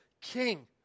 King